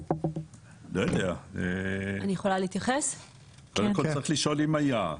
לא יודע, אבל קודם כל צריך לשאול אם היה.